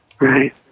right